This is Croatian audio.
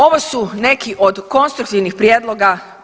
Ovo su neki od konstruktivnih prijedloga.